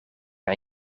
aan